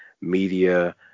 media